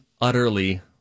utterly